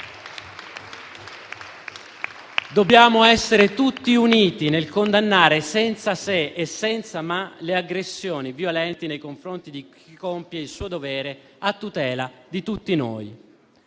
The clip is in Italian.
Dobbiamo essere tutti uniti nel condannare senza se e senza ma le aggressioni violente nei confronti di chi compie il suo dovere a tutela di tutti noi.